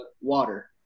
water